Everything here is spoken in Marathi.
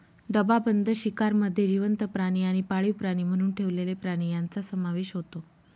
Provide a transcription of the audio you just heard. डबाबंद शिकारमध्ये जिवंत प्राणी आणि पाळीव प्राणी म्हणून ठेवलेले प्राणी यांचा समावेश होतो